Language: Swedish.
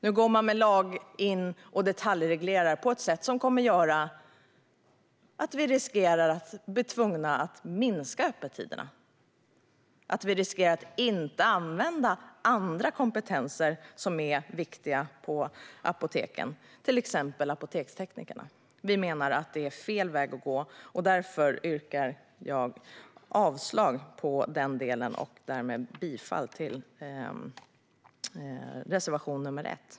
Nu vill regeringen med lag gå in och detaljreglera på ett sätt som kommer att göra att man riskerar att bli tvungen att minska öppettiderna och att inte använda andra kompetenser som är viktiga på apoteken, till exempel apoteksteknikerna. Vi menar att det är fel väg att gå, och därför yrkar jag avslag på denna del och därmed bifall till reservation nr 1.